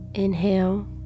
Inhale